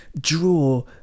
draw